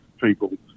people